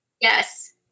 Yes